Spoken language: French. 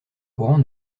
courant